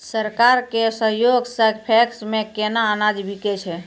सरकार के सहयोग सऽ पैक्स मे केना अनाज बिकै छै?